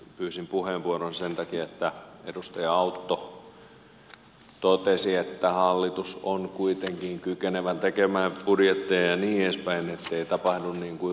pyysin puheenvuoron sen takia että edustaja autto totesi että hallitus on kuitenkin kykenevä tekemään budjetteja ja niin edespäin ettei tapahdu niin kuin ruotsissa